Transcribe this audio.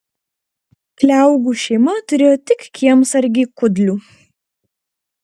kliaugų šeima turėjo tik kiemsargį kudlių